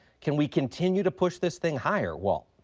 can we continue to push this thing higher, walt?